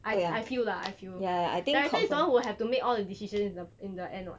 I I feel lah I feel director is the one who have to make all the decisions in the in the end [what]